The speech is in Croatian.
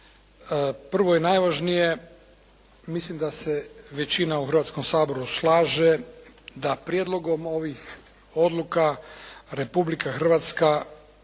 Prvo i najvažnije mislim da se većina u Hrvatskom saboru slaže, da prijedlogom ovih odluka Republika Hrvatska